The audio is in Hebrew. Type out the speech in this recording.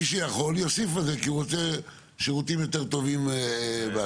מי שיכול יוסיף על זה כי הוא רוצה שירותים יותר טובים והכל.